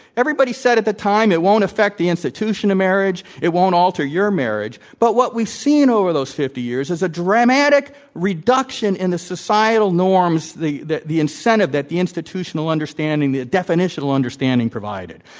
everybody said at the time it won't affect the institution of marriage. it won't alter your marriage. marriage. but what we've seen over those fifty years is a dramatic reduction in the societal norms the the the incentive that the institutional understanding, the definitional understanding provided.